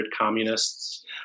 communists